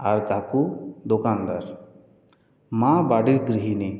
আর কাকু দোকানদার মা বাড়ির গৃহিণী